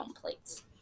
plates